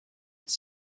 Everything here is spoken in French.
d’un